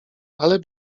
ale